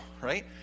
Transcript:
right